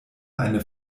eine